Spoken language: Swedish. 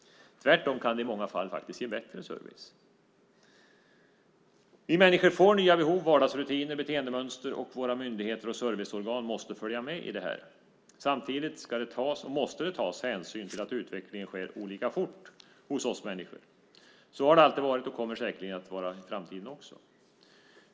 Tvärtom kan det i många fall ge bättre service. Vi människor får nya behov, vardagsrutiner och beteendemönster. Våra myndigheter och serviceorgan måste följa med i detta. Samtidigt ska det tas och måste det tas hänsyn till att utvecklingen sker olika fort hos oss människor. Så har det alltid varit och kommer säkert att vara i framtiden också.